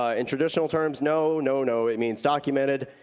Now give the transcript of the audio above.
ah in traditional terms, no, no, no, it means documented,